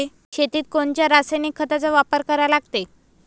शेतीत कोनच्या रासायनिक खताचा वापर करा लागते?